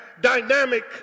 dynamic